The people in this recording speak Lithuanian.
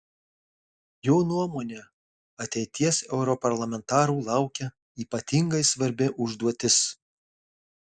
jo nuomone ateities europarlamentarų laukia ypatingai svarbi užduotis